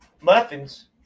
Muffins